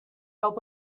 help